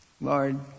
Lord